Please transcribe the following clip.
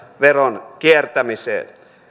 veron kiertämiseen